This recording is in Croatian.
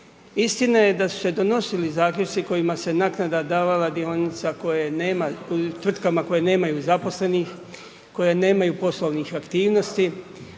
Istina je da su se donosili zaključci, kojima se naknada davala dionica, tvrtkama koje nemaju zaposlenih, koje nemaju poslovne aktivnosti,